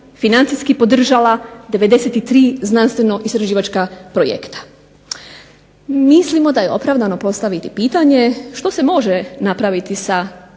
financijski podržala 93 znanstveno-istraživačka projekta. Mislimo da je opravdano postaviti pitanje, što se može napraviti